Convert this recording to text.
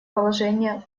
положение